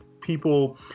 people